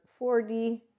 4D